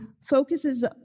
focuses